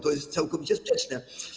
To jest całkowicie sprzeczne.